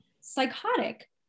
psychotic